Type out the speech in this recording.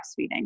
breastfeeding